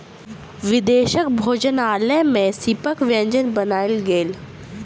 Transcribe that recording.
विदेशक भोजनालय में सीपक व्यंजन बनायल गेल